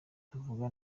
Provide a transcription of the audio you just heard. tuvuga